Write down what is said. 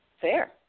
fair